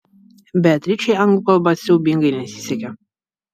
beatričei anglų kalba siaubingai nesisekė